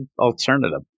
alternative